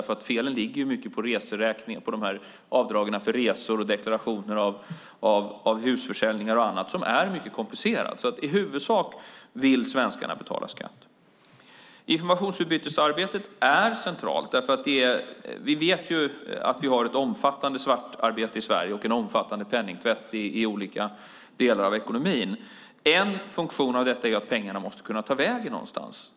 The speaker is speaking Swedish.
Felen ligger mycket på reseräkningar, avdragen för resor, deklarationer av husförsäljningar och annat som är mycket komplicerat. I huvudsak vill svenskarna betala skatt. Informationsutbytesarbetet är centralt därför att vi vet att vi har ett omfattande svartarbete i Sverige och en omfattande penningtvätt i olika delar av ekonomin. En funktion av detta är att pengarna måste kunna ta vägen någonstans.